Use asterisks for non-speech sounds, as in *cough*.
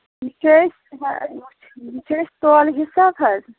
یہِ چھِ أسۍ *unintelligible* یہِ چھِ أسۍ تولہٕ حِساب حظ